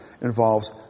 involves